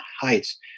Heights